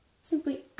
simply